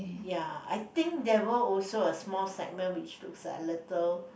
ya I think there were also a small segment which looks like a little